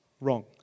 wrong